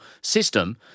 system